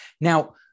Now